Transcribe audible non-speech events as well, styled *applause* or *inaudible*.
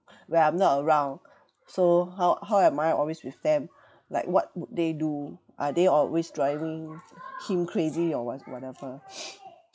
when I'm not around so how how am I always with them like what would they do are they always driving him crazy or what whatever *breath*